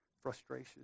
frustration